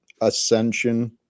ascension